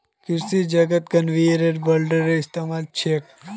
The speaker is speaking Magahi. कृषि जगतत कन्वेयर बेल्टेर इस्तमाल छेक